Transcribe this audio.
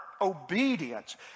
obedience